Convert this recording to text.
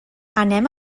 anem